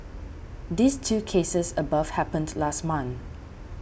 these two cases above happened last month